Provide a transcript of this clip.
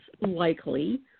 likely